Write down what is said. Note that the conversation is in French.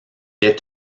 est